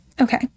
Okay